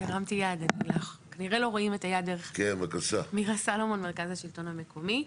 מירה סלומון, מרכז השלטון המקומי.